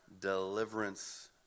deliverance